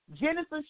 Genesis